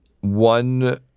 one